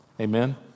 Amen